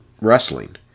wrestling